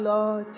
Lord